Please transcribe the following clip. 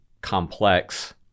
complex